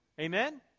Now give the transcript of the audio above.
Amen